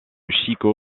chico